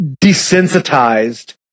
desensitized